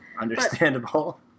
Understandable